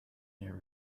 near